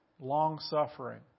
long-suffering